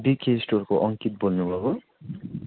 बिके स्टोरको अङ्कित बोल्नु भएको